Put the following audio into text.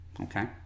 okay